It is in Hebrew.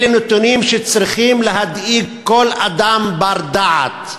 אלה נתונים שצריכים להדאיג כל אדם בר-דעת.